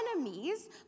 enemies